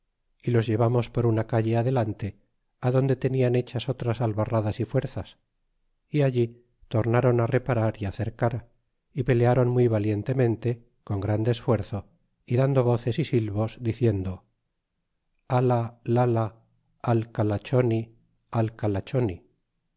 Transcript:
y los llevamos por una calle adelante adonde tenian hechas otras albarradas y fuerzas y allí tornron reparar y hacer cara y peleáron muy valientemente con grande esfuerzo y dando voces y divos diciendo ala tala al calachoni